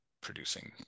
producing